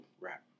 rap